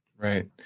Right